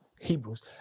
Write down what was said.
Hebrews